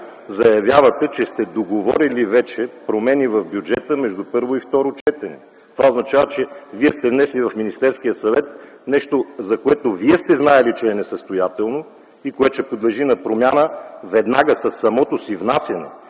заявявате, че вече сте договорили промени в бюджета между първо и второ четене. Това означава, че сте внесли в Министерския съвет нещо, за което Вие сте знаели, че е несъстоятелно и което ще подлежи на промяна веднага със самото си внасяне.